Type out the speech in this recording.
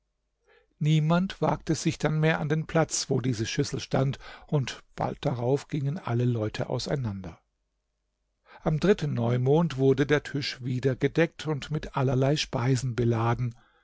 niemand wagte sich dann mehr an den platz wo diese schüssel stand und bald darauf gingen alle leute auseinander am dritten neumond wurde der tisch wieder gedeckt und mit allerlei speisen beladen